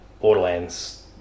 Borderlands